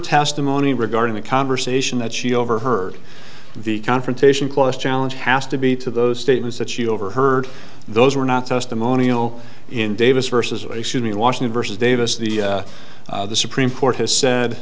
testimony regarding the conversation that she overheard the confrontation clause challenge has to be to those statements that she overheard those were not testimonial in davis versus a sunni in washington versus davis the the supreme court has said